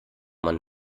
man